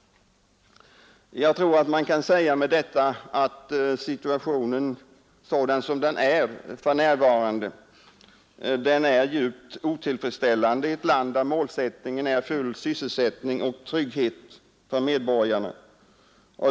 Jag tror att man kan säga att situationen sådan den är för närvarande är djupt otillfredsställande i ett land där målsättningen är full sysselsättning och trygghet för medborgarna.